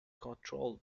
controlled